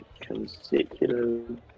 consecutive